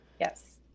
Yes